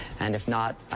and if not,